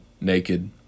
naked